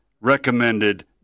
recommended